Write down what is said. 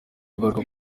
kugaruka